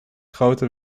grote